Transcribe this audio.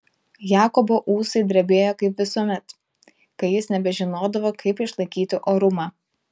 jakobo ūsai drebėjo kaip visuomet kai jis nebežinodavo kaip išlaikyti orumą